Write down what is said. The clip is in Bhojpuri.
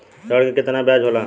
ऋण के कितना ब्याज होला?